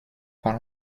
par